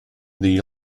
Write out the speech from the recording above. degli